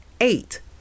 eight